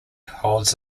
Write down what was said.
holds